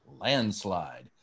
landslide